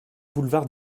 boulevard